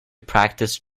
practise